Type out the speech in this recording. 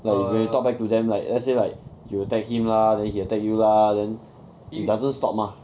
like when you talk back to them let's say like you attack him lah then he attack you lah then it doesn't stop mah